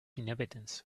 inhabitants